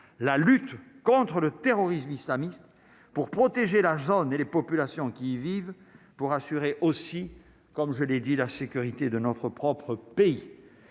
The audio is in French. la lutte contre le terrorisme islamiste pour protéger la zone et les populations qui vivent pour assurer aussi, comme je l'ai dit la sécurité de notre propre pays